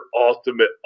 ultimate